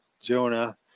Jonah